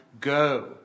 go